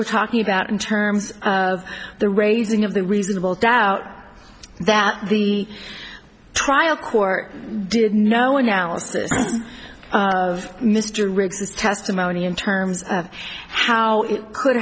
we're talking about in terms of the raising of the reasonable doubt that the trial court did no analysis of mr rich his testimony in terms of how it could